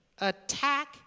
attack